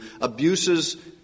abuses